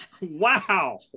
wow